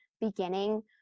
beginning